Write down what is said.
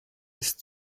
ist